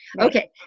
Okay